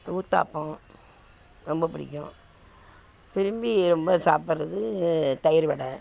ஊத்தப்பம் ரொம்ப பிடிக்கும் விரும்பி ரொம்ப சாப்பிட்றது தயிர் வடை